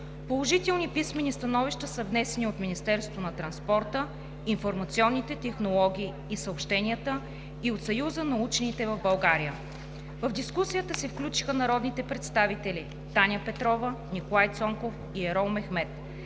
Положителни писмени становища са внесени от Министерството на транспорта, информационните технологии и съобщенията и от Съюза на учените в България. В дискусията се включиха народните представители Таня Петрова, Николай Цонков и Ерол Мехмед.